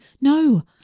no